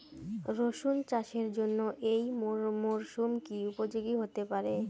রসুন চাষের জন্য এই মরসুম কি উপযোগী হতে পারে?